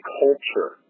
culture